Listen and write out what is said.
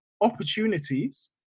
opportunities